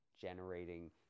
generating